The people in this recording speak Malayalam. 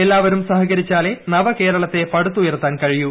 എല്ലാവരും സഹകരിച്ചാലേ നവകേരളത്തെ പടുത്തുയർത്താൻ കഴിയൂ